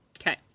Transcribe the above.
Okay